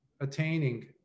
attaining